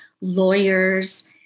lawyers